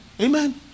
Amen